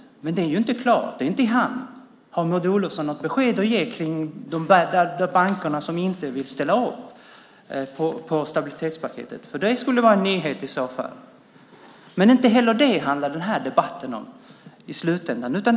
Men det är ju inte klart. Det är inte i hamn. Har Maud Olofsson något besked att ge om de banker som inte vill ställa upp på stabilitetspaketet? Det skulle i så fall vara en nyhet. Men det är inte heller detta som den här debatten i slutändan handlar om.